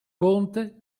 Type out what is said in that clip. conte